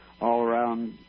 all-around